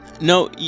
No